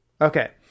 Okay